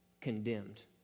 condemned